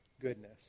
goodness